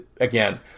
Again